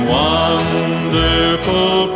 wonderful